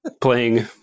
playing